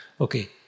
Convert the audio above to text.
Okay